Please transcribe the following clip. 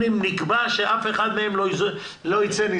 נקבע שאף אחד מהם לא יינזק?